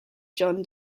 john